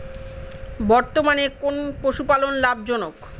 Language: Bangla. বর্তমানে কোন পশুপালন লাভজনক?